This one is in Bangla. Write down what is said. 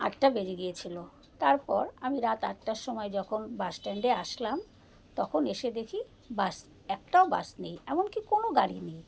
আটটা বেজে গিয়েছিল তারপর আমি রাত আটটার সময় যখন বাস স্ট্যান্ডে আসলাম তখন এসে দেখি বাস একটাও বাস নেই এমনকি কোনো গাড়ি নেই